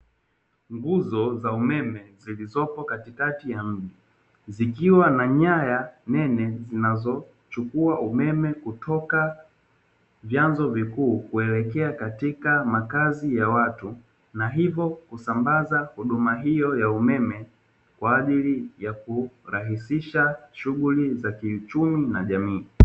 Nguzo za umeme zilizopo katikati ya mji, zikiwa na nyaya nene zinazochukua umeme kutoka vyanzo vikuu kuelekea katika makazi ya watu, na hivyo kusambaza huduma hiyo ya umeme kwa ajili ya kurahisisha shughuli za kiuchumi na kijamii.